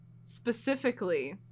specifically